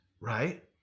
right